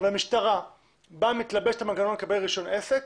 משטרה באה ומתלבשת על מנגנון לקבל רישיון עסק